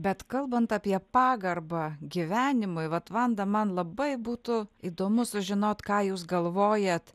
bet kalbant apie pagarbą gyvenimui vat vanda man labai būtų įdomu sužinot ką jūs galvojat